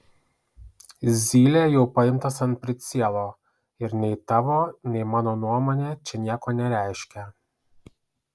zylė jau paimtas ant pricielo ir nei tavo nei mano nuomonė čia nieko nereiškia